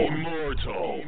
Immortal